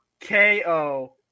KO